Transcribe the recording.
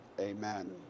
Amen